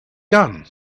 gun